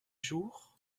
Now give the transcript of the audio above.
jours